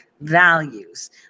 values